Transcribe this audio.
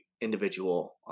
individual